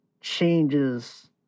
changes